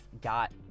got